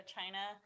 China